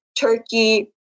Turkey